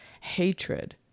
hatred